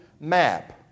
MAP